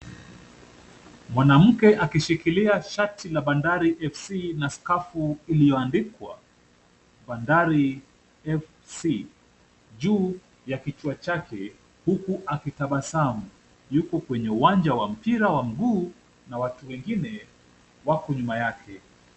Mwanamke akishikilia shati la Bandari FC na scarf iliyoandikwa Bandari FC juu ya kichwa chake huku akitabasamu. Yuko kwenye uwanja wa mpira wa mguu na watu wengine wako nyuma yake.